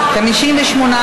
בשבויים ישראלים),